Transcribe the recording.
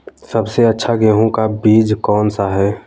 सबसे अच्छा गेहूँ का बीज कौन सा है?